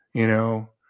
you know,